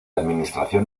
administración